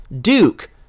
Duke